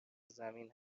زمین